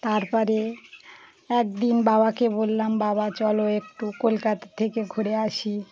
তার পরে একদিন বাবাকে বললাম বাবা চলো একটু কলকাতা থেকে ঘুরে আসি